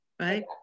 right